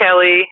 Kelly